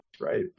Right